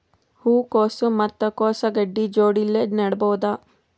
ಹೂ ಕೊಸು ಮತ್ ಕೊಸ ಗಡ್ಡಿ ಜೋಡಿಲ್ಲೆ ನೇಡಬಹ್ದ?